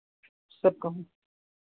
सब कहीं